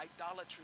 Idolatry